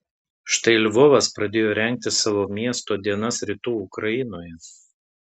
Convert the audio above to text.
štai lvovas pradėjo rengti savo miesto dienas rytų ukrainoje